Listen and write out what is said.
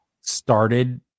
started